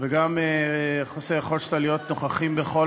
וגם חוסר היכולת שלה להיות נוכחת בכל